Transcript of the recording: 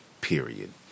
Period